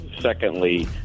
Secondly